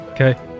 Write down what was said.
Okay